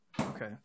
okay